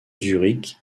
zurich